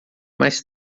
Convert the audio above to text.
mais